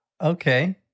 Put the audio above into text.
Okay